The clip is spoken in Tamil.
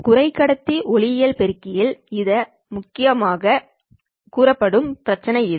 குறைக்கடத்தி ஒளியியல் பெருக்கியில்யில் இது மிகவும் அதிகமாக கூறப்படும் பிரச்சினை இது